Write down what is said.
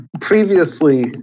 previously